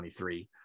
2023